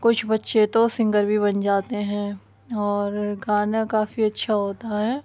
کچھ بچے تو سنگر بھی بن جاتے ہیں اور گانا کافی اچھا ہوتا ہے